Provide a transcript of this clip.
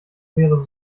wäre